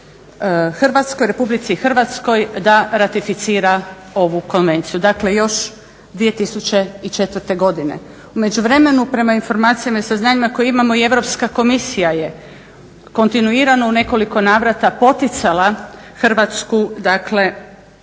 Hrvatskoj, Republici Hrvatskoj da ratificira ovu Konvenciju, dakle još 2004. godine. U međuvremenu prema informacijama i saznanjima koje imamo i Europska komisija je kontinuirano u nekoliko navrata poticala Hrvatsku da